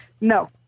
No